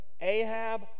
Ahab